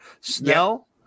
Snell